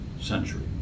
century